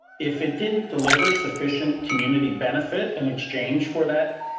if it didn't deliver sufficient community benefit in exchange for that.